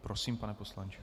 Prosím, pane poslanče.